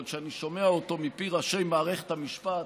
אבל כשאני שומע אותו מפי ראשי מערכת המשפט